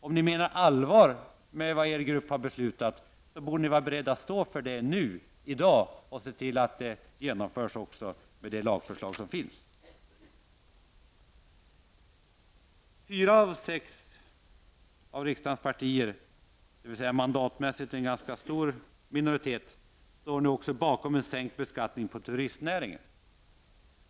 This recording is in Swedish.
Om ni menar allvar med vad er grupp har beslutat, borde ni vara beredda att stå för det nu, i dag, och se till att det aktuella lagförslaget genomförs. Fyra av riksdagens sex partier, dvs. mandatmässigt en ganska stor minoritet, står nu också bakom en sänkt beskattning av turistnäringen.